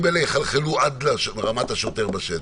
האלה יחלחלו עד לרמת השוטר בשטח.